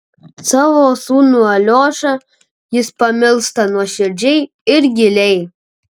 savo sūnų aliošą jis pamilsta nuoširdžiai ir giliai